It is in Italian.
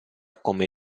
come